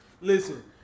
Listen